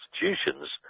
institutions